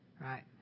right